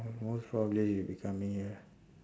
uh most probably he would be becoming here